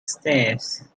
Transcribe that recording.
stairs